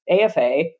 AFA